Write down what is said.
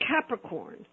Capricorn